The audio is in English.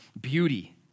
beauty